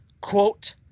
Quote